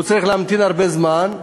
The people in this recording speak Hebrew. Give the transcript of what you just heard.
הוא צריך להמתין הרבה זמן,